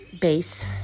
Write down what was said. Base